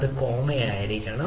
ക്ഷമിക്കണം അത് കോമ ആയിരിക്കണം